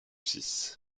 six